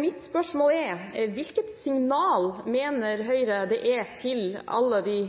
Mitt spørsmål er: Hvilket signal til alle de